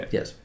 Yes